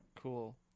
cool